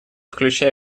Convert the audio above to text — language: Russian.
включая